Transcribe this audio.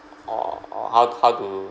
or or how how to